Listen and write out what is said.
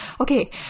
Okay